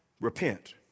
Repent